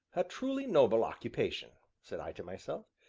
a truly noble occupation! said i to myself,